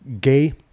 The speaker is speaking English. gay